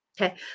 Okay